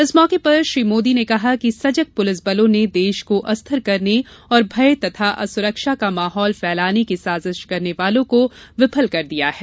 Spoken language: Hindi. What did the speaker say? इस मौके पर श्री मोदी ने कहा कि सजग पुलिस बलों ने देश को अस्थिर करने और भय तथा असुरक्षा का माहौल फैलाने की साजिश करने वालों को विफल कर दिया है